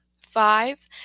Five